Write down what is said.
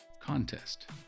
contest